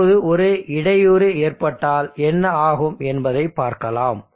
இப்போது ஒரு இடையூறு ஏற்பட்டால் என்ன ஆகும் என்பதை பார்க்கலாம்